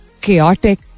chaotic